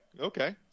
okay